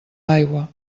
aigua